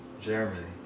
Germany